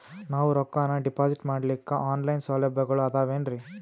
ನಾವು ರೊಕ್ಕನಾ ಡಿಪಾಜಿಟ್ ಮಾಡ್ಲಿಕ್ಕ ಆನ್ ಲೈನ್ ಸೌಲಭ್ಯಗಳು ಆದಾವೇನ್ರಿ?